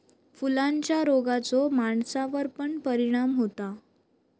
फुलांच्या रोगाचो माणसावर पण परिणाम होता